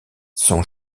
son